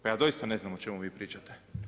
Pa ja doista ne znam o čem vi pričate!